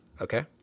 Okay